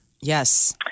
Yes